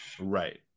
right